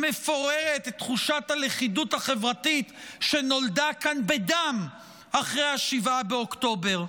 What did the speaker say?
שמפוררת את תחושת הלכידות החברתית שנולדה כאן בדם אחרי 7 באוקטובר.